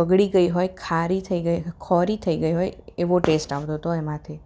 બગડી ગઈ હોય ખારી થઈ ગઈ ખોરી થઈ ગઈ હોય એવો ટેસ્ટ આવતો હતો એમાંથી